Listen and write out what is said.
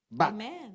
Amen